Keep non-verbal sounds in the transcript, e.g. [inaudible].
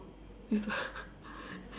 it's not [laughs]